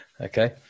okay